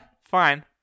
fine